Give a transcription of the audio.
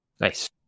Nice